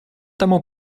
тому